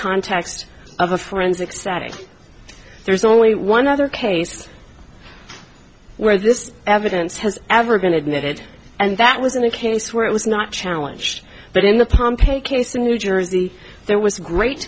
context of a forensic setting there's only one other case where this evidence has ever going to admit it and that wasn't a case where it was not challenged but in the pompei case in new jersey there was great